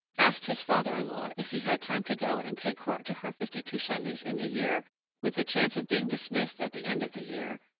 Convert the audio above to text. asked his father in-law if he had time to go and pay court to her fifty-two sundays in the year with the chance of being dismissed at the end of the year,